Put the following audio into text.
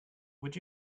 would